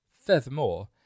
Furthermore